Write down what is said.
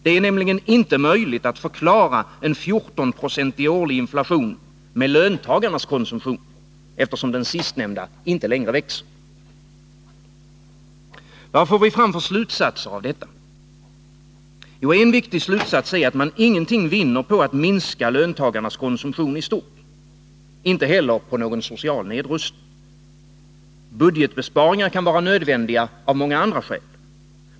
Det är nämligen inte möjligt att förklara en 14-procentig årlig inflation med löntagarnas konsumtion, eftersom den sistnämnda inte längre växer. Vad får vi fram för slutsatser av detta? En viktig slutsats är att man ingenting vinner på att minska löntagarnas konsumtion i stort, inte heller på någon social nedrustning. Budgetbesparingar kan vara nödvändiga av många andra skäl.